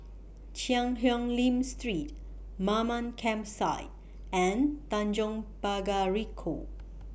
Cheang Hong Lim Street Mamam Campsite and Tanjong Pagar Ricoh